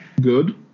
good